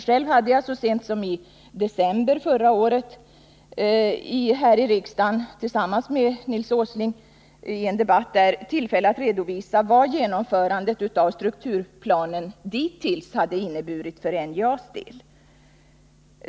Själv hade jag så sent som i december förra året i en debatt med Nils Åsling här i riksdagen tillfälle att redovisa vad genomförandet av sturkturplanen hittills inneburit för NJA:s del.